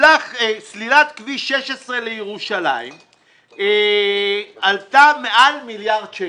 סלילת כביש 16 לירושלים עלתה מעל מיליארד שקל,